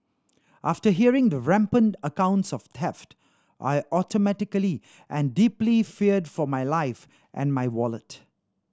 after hearing the rampant accounts of theft I automatically and deeply feared for my life and my wallet